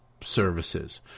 services